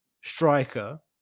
striker